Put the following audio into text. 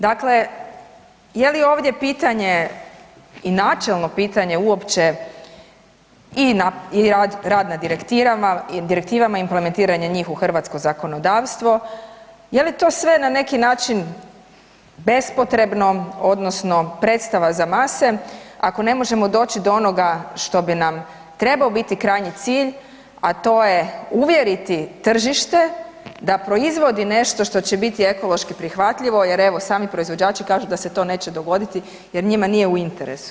Dakle, je li ovdje pitanje i načelno pitanje uopće i rad na direktivama, implementiranje njih u hrvatsko zakonodavstvo, je li to sve na neki način bespotrebno odnosno predstava za mase ako ne možemo doći do onoga što bi nam trebao biti krajnji cilj, a to je uvjeriti tržište da proizvodi nešto što će biti ekološki prihvatljivo jer evo sami proizvođači kažu da se to neće dogoditi jer njima nije u interesu.